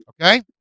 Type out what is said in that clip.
Okay